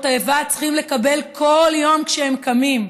האיבה צריכים לקבל כל יום כשהם קמים.